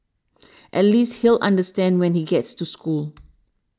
at least he'll understand when he gets to school